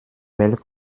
welt